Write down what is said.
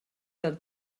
del